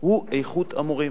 הוא איכות המורים.